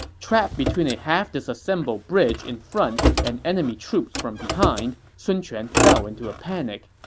trapped between a half-disassembled bridge in front and enemy troops from behind, sun quan fell into a panic.